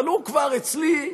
אבל אצלך,